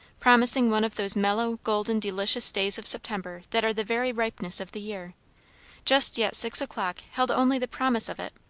promising one of those mellow, golden, delicious days of september that are the very ripeness of the year just yet six o'clock held only the promise of it.